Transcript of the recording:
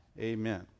Amen